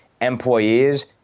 employees